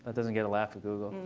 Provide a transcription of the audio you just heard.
but doesn't get a laugh at google.